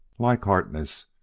like harkness,